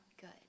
good